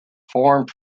formed